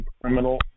criminal